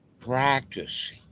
practice